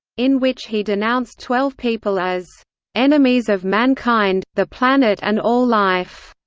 in which he denounced twelve people as enemies of mankind, the planet and all life,